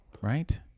right